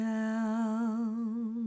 down